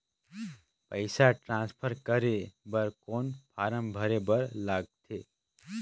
पईसा ट्रांसफर करे बर कौन फारम भरे बर लगथे?